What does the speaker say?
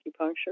acupuncture